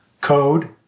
code